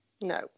no